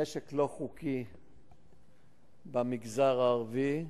נשק לא חוקי במגזר הערבי,